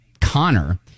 Connor